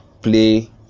Play